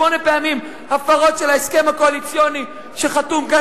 שמונה פעמים הפרות של ההסכם הקואליציוני שחתום כאן